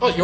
oh you